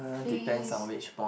please